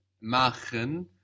machen